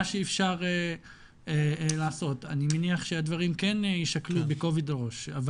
שאפשר לעשות אני מניח שהדברים כן ישקלו בכובד ראש,